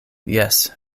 jes